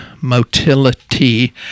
motility